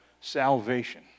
Salvation